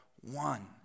one